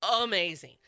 amazing